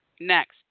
next